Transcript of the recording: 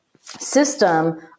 system